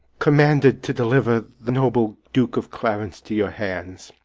commanded to deliver the noble duke of clarence to your hands